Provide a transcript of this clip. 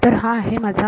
तर हा आहे माझा